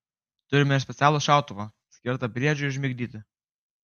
turime ir specialų šautuvą skirtą briedžiui užmigdyti